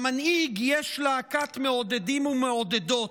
למנהיג יש להקת מעודדים ומעודדות,